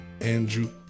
andrew